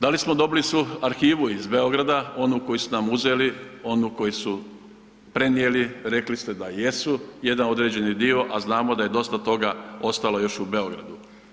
Da li smo dobili svu arhivu iz Beograda, onu koju su nam uzeli, onu koju su prenijeli, rekli ste da jesu jedan određeni dio, a znamo da je dosta toga ostalo još u Beogradu.